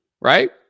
right